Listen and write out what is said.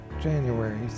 January